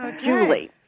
Julie